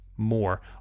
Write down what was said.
more